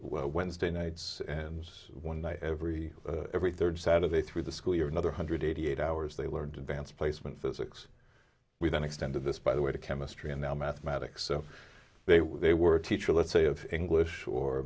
wednesday nights and one night every every third saturday through the school year another hundred eighty eight hours they learned advanced placement physics we then extended this by the way to chemistry and now mathematics so they were they were a teacher let's say of english or